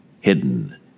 hidden